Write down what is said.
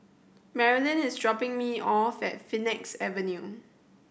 Marlyn is dropping me off at Phoenix Avenue